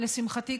לשמחתי,